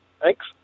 Thanks